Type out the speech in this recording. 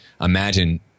imagine